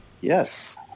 Yes